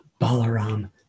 Balaram